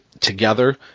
Together